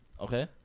okay